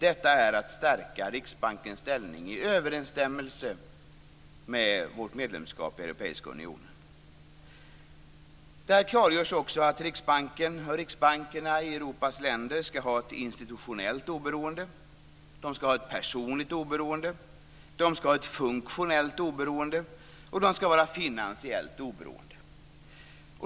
Detta handlar om att stärka Riksbankens ställning i överensstämmelse med vårt medlemskap i Europeiska unionen. Det klargörs också att Riksbanken och riksbankerna i Europas länder skall ha ett institutionellt oberoende, ett personligt oberoende, ett funktionellt och ett finansiellt oberoende.